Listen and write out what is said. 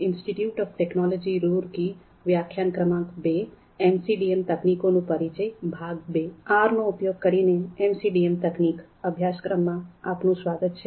'R નો ઉપયોગ કરીને એમસીડીએમ તકનીક' અભ્યાસ્ક્રમમાં આપનું સ્વાગત છે